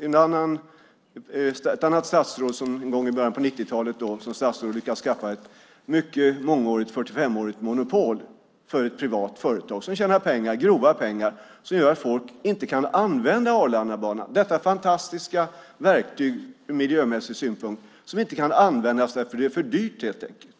ett annat statsråd som i början av 90-talet lyckades skaffade ett 45-årigt monopol för ett privat företag som tjänar grova pengar. Det gör att folk inte kan använda Arlandabanan. Detta fantastiska verktyg ur miljömässig synpunkt kan inte användas därför att det helt enkelt är för dyrt.